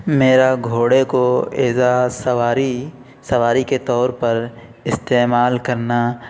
میرا گھوڑے کو اعزاز سواری سواری کے طور پر استعمال کرنا